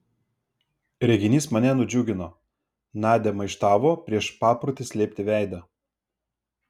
reginys mane nudžiugino nadia maištavo prieš paprotį slėpti veidą